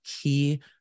key